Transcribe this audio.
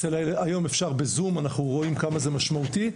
היום אפשר בזום, אנחנו רואים כמה זה משמעותי.